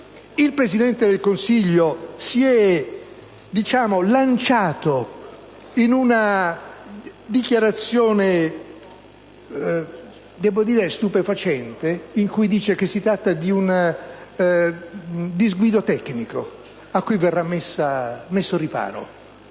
Il Presidente del Consiglio si è lanciato in una dichiarazione stupefacente, in cui afferma che si tratta di un disguido tecnico a cui verrà messo riparo.